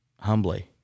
humbly